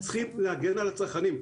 צריכים להגן על הצרכנים.